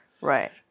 Right